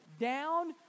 down